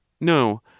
No